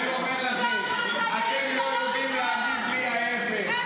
--- אני אומר לכם, אתם לא יודעים להגיד לי ההפך.